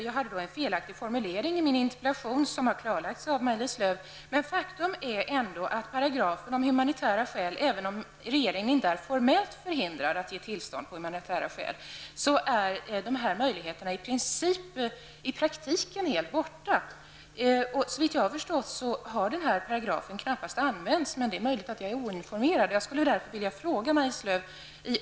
Jag hade i min interpellation en felaktig formulering, som nu har klarlagts av Maj-Lis Lööw. Men faktum är ändå att även om regeringen formellt inte är förhindrad att ge uppehållstillstånd av humanitära skäl, så är dessa möjligheter i princip i praktiken helt borta. Såvitt jag har förstått har paragrafen knappast använts, men det är möjligt att jag är dåligt informerad.